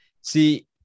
See